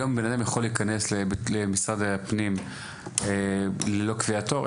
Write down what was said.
היום בן אדם יכול להיכנס למשרד הפנים ללא קביעת תור?